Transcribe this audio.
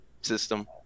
system